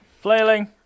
Flailing